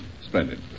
splendid